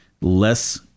less